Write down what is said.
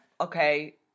okay